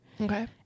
Okay